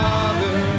Father